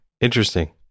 interesting